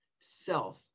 self